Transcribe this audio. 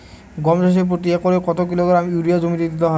গম চাষে প্রতি একরে কত কিলোগ্রাম ইউরিয়া জমিতে দিতে হয়?